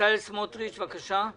בצלאל סמוטריץ', בבקשה.